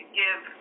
give